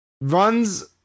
runs